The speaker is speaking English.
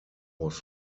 was